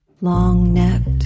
long-necked